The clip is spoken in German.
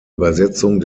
übersetzung